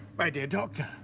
my dear doctor,